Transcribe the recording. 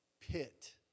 pit